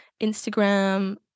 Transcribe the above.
Instagram